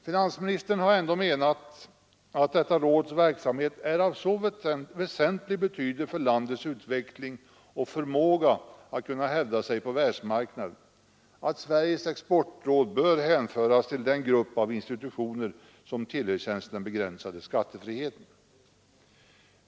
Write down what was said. Finansministern har ändå menat att detta råds verksamhet är av så väsentlig betydelse för landets utveckling och förmåga att kunna hävda sig på världsmarknaden att Sveriges exportråd bör hänföras till den grupp av institutioner som tillerkänns den begränsade skattefriheten.